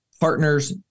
partners